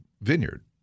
vineyard